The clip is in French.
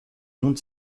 monde